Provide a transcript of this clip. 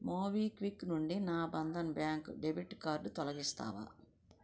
MobiKwik నుండి నా Bandhan bank debit card తొలగిస్తావా